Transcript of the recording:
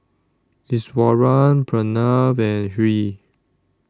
Iswaran Pranav and Hri